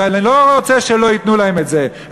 ואני לא רוצה שלא ייתנו להם את זה,